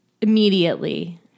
immediately